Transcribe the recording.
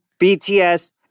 BTS